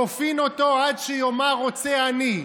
"כופין אותו עד שיאמר רוצה אני",